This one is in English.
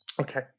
Okay